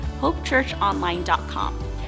HopeChurchOnline.com